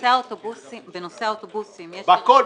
בנושא האוטובוסים יש ירידה --- בהכול,